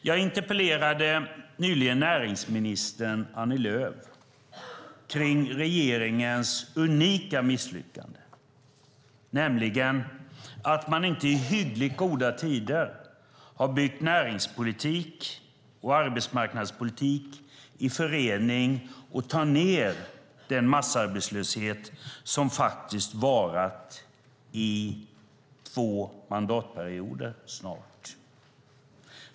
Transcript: Jag interpellerade nyligen näringsministern Annie Lööf om regeringens unika misslyckande. Man har inte i hyggligt goda tider byggt näringspolitik och arbetsmarknadspolitik i förening för att ta ned den massarbetslöshet som snart har varat i två mandatperioder.